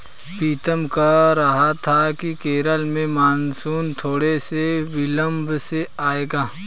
पीतम कह रहा था कि केरल में मॉनसून थोड़े से विलंब से आएगा